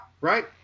Right